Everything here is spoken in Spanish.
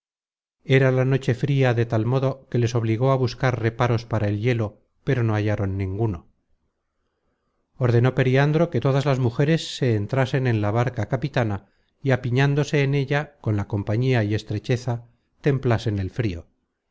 era la noche fria de tal modo que les obligó á buscar reparos para el hielo pero no hallaron ninguno ordenó periandro que todas las mujeres se entrasen en la barca capitana y apiñándose en ella con la compañía y estrecheza templasen el frio